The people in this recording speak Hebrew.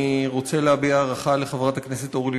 אני רוצה להביע הערכה לחברת הכנסת אורלי